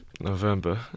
November